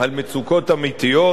על מצוקות אמיתיות,